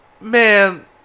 man